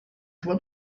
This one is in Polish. chyba